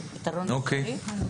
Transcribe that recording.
אוקיי.